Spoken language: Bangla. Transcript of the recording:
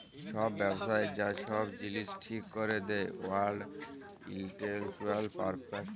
ছব ব্যবসার যা ছব জিলিস ঠিক ক্যরে দেই ওয়ার্ল্ড ইলটেলেকচুয়াল পরপার্টি